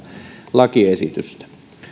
lakiesitystä